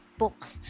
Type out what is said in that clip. books